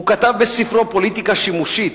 הוא כתב בספרו "פוליטיקה שימושית",